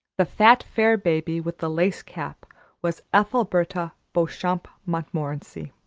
the fat, fair baby with the lace cap was ethelberta beauchamp montmorency